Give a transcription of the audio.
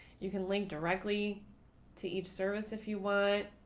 you can link directly to each service if you want,